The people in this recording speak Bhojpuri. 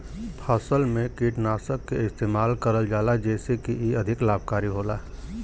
फसल में कीटनाशक के इस्तेमाल करल जाला जेसे की इ अधिक लाभकारी होला